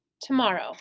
Tomorrow